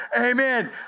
amen